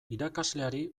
irakasleari